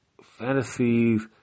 fantasies